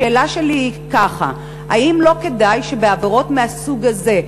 השאלה שלי היא כזאת: האם לא כדאי שבעבירות מהסוג הזה,